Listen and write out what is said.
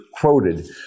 quoted